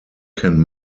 can